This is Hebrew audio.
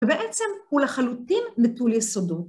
ובעצם הוא לחלוטין נטול יסודו.